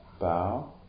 bow